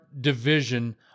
division